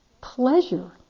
pleasure